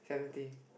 seventy